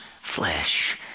flesh